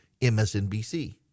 MSNBC